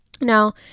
Now